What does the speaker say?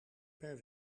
per